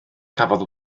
cafodd